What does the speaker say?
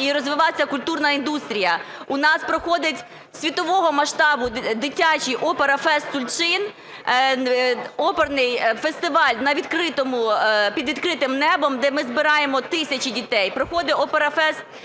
і розвиватись культурна індустрія. У нас проходить світового масштабу дитячий OPERAFEST TULCHYN – оперний фестиваль під відкритим небом, де ми збираємо тисячі дітей. Проходить OPERAFEST TULCHYN